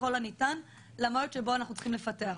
ככל הניתן למועד שבו אנחנו צריכים לפתח אותה.